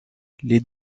les